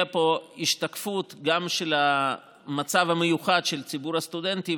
בה השתקפות גם של המצב המיוחד של ציבור הסטודנטים